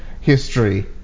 history